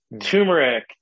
turmeric